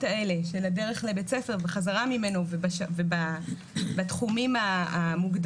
האלה של הדרך לבית ספר וחזרה ממנו ובתחומים המוגדרים.